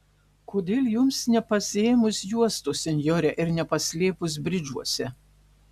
kodėl jums nepasiėmus juostos senjore ir nepaslėpus bridžuose